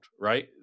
right